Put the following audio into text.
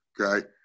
okay